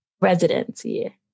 residency